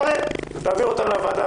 תראה, תעביר אותם לוועדה.